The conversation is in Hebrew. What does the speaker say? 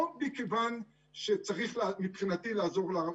לא מכיוון שצריך, מבחינתי, לעזור להם.